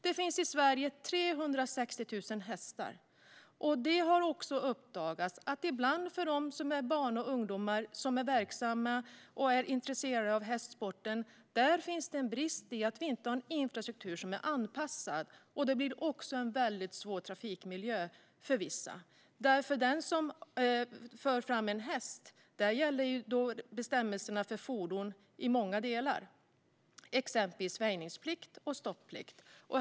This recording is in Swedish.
Det finns i Sverige 360 000 hästar. Det har uppdagats att det ibland för barn och ungdomar som är intresserade av och verksamma inom hästsporten finns en brist i att vi inte har en anpassad infrastruktur. Det blir också en väldigt svår trafikmiljö för vissa. För den som för fram en häst gäller bestämmelserna för fordon i många delar, exempelvis väjningsplikt och stopplikt.